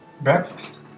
Breakfast